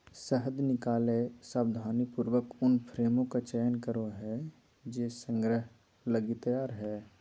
शहद निकलैय सावधानीपूर्वक उन फ्रेमों का चयन करो हइ जे संग्रह लगी तैयार हइ